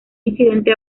incidente